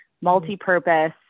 multi-purpose